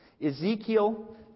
Ezekiel